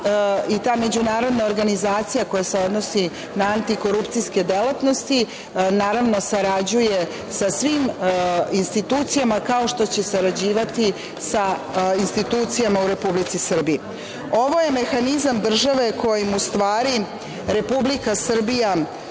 i ta međunarodna organizacija koja se odnosi na antikorupcijske delatnosti sarađuje sa svim institucijama, kao što će sarađivati sa institucijama u Republici Srbiji. Ovo je mehanizam države kojim će Republika Srbija